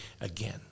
again